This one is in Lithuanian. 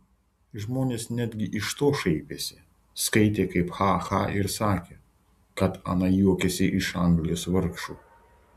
žmonės netgi iš to šaipėsi skaitė kaip ha ha ir sakė kad ana juokiasi iš anglijos vargšų